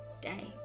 day